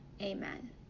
Amen